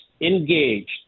engaged